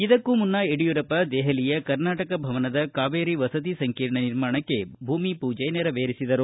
ಇದಕ್ಕೂ ಮುನ್ನ ಯಡಿಯೂರಪ್ಪ ದೆಹಲಿಯ ಕರ್ನಾಟಕ ಭವನದ ಕಾವೇರಿ ವಸತಿ ಸಂಕೀರ್ಣ ನಿರ್ಮಾಣಕ್ಕೆ ಭೂಮಿ ಪೂಜೆ ನೆರವೇರಿಸಿದರು